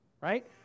right